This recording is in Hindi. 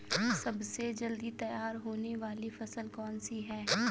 सबसे जल्दी तैयार होने वाली फसल कौन सी है?